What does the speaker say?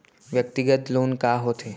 व्यक्तिगत लोन का होथे?